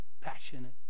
passionate